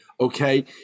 Okay